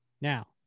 Now